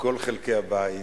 מכל חלקי הבית,